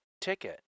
ticket